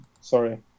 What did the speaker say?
Sorry